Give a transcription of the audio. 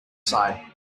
site